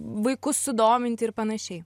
vaikus sudominti ir panašiai